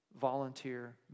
volunteer